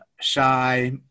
shy